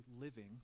living